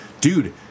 dude